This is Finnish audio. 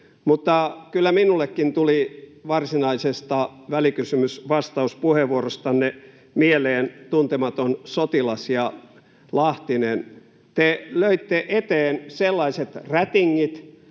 mutta kyllä minullekin tuli varsinaisesta välikysymysvastauspuheenvuorostanne mieleen Tuntematon sotilas ja Lahtinen. Te löitte eteen sellaiset rätingit,